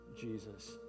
Jesus